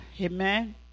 Amen